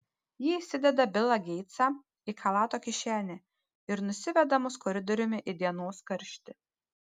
ji įsideda bilą geitsą į chalato kišenę ir nusiveda mus koridoriumi į dienos karštį